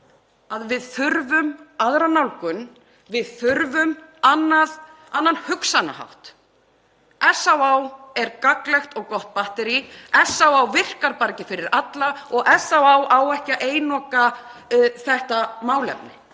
við þurfum aðra nálgun. Við þurfum annan hugsunarhátt. SÁÁ er gagnlegt og gott batterí. SÁÁ virkar bara ekki fyrir alla og SÁÁ á ekki að einoka þetta málefni.